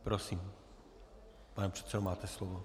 Prosím, pane předsedo, máte slovo.